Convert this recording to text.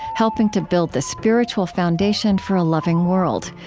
helping to build the spiritual foundation for a loving world.